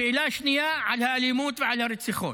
השאלה השנייה, על האלימות ועל הרציחות,